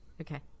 Okay